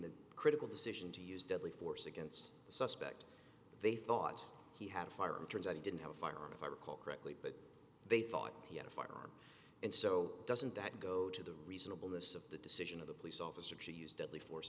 the critical decision to use deadly force against the suspect they thought he had a firearm turns out he didn't have a firearm if i recall correctly but they thought he had a firearm and so doesn't that go to the reasonable miss of the decision of the police officer to use deadly force